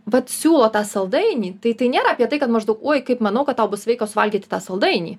vat siūlo tą saldainį tai tai nėra apie tai kad maždaug oi kaip manau kad tau bus sveika suvalgyti tą saldainį